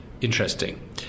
interesting